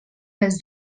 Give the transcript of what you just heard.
les